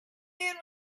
man